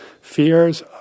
fears